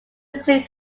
include